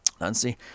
Nancy